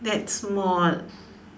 that's more